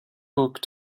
book